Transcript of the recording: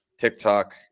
TikTok